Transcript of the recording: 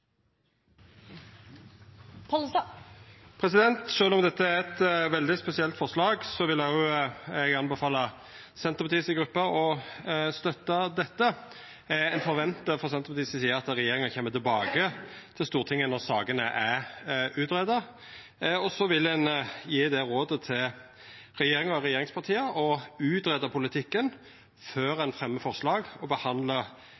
Pollestad har bedt om ordet. Sjølv om dette er eit veldig spesielt forslag, vil òg eg anbefala Senterpartiet si gruppe å støtta dette. Ein forventar frå Senterpartiets side at regjeringa kjem tilbake til Stortinget når sakene er greidde ut. Så vil ein gje det rådet til regjeringa og regjeringspartia at ein greier ut politikken før ein fremjar forslag og